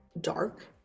dark